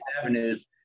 avenues